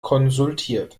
konsultiert